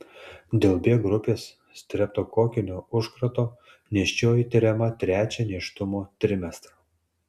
dėl b grupės streptokokinio užkrato nėščioji tiriama trečią nėštumo trimestrą